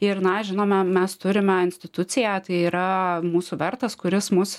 ir na žinoma mes turime instituciją tai yra mūsų vertas kuris mus